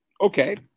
Okay